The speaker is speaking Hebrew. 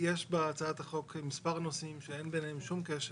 יש בהצעת החוק מספר נושאים שאין ביניהם שום קשר.